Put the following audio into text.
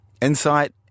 insight